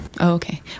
Okay